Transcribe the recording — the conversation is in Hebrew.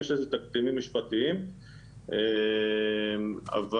יש לזה תקדימים משפטיים גם השלכות.